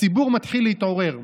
הציבור מתחיל להתעורר.